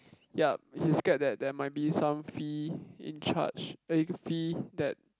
yup he's scared that there might be some fee in charge eh fee that